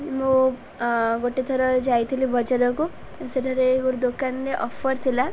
ମୁଁ ଗୋଟେ ଥର ଯାଇଥିଲି ବଜାରକୁ ସେଠାରେ ଗୋଟେ ଦୋକାନରେ ଅଫର୍ ଥିଲା